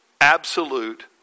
absolute